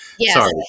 sorry